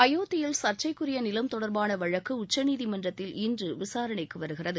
அயோத்தியில் சர்ச்சைக்குரிய நிலம் தொடர்பான வழக்கு உச்சநீதிமன்றத்தில் இன்று விசாரணைக்கு வருகிறது